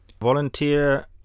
Volunteer